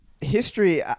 history